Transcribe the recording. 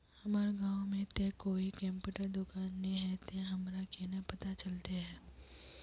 हमर गाँव में ते कोई कंप्यूटर दुकान ने है ते हमरा केना पता चलते है?